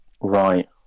Right